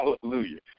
Hallelujah